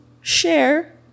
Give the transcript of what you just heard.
share